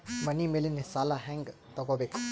ಮನಿ ಮೇಲಿನ ಸಾಲ ಹ್ಯಾಂಗ್ ತಗೋಬೇಕು?